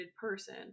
person